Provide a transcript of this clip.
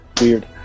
Weird